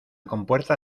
compuerta